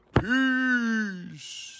Peace